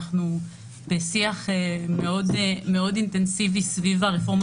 אני בשיח מאוד אינטנסיבי סביב הרפורמה